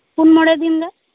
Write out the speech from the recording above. ᱯᱩᱱ ᱢᱚᱬᱮ ᱫᱤᱱ ᱜᱟᱱ